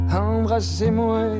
Embrassez-moi